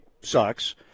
sucks